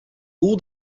who